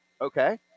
Okay